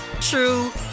true